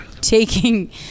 taking